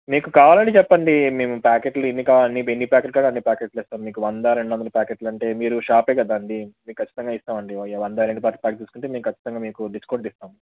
మీకు కావాలంటే చెప్పండి మేము ప్యాకెట్లు ఎన్ని కావాలి ఎన్ని ప్యాకెట్లు కావాలంటే అన్ని ప్యాకెట్లు ఇస్తాం మీకు వంద రెండు వందల ప్యాకెట్లు అంటే మీరు షాపే కదండీ మీకు ఖచ్చితంగా ఇస్తామండి వందా రెండు ప్యాకెట్లు తీసుకుంటే మేం ఖచ్చితంగా మీకు డిస్కౌంట్ ఇస్తాం